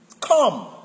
Come